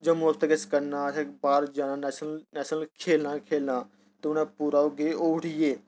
जम्मू आस्तै किश करना अ'सें बाह्र जाना नेश्नल नेश्नल खेढना गै खेढना ते उ'नें पूरा ओह् गे उठी गे